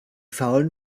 faulen